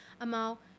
Amal